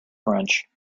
french